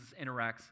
interacts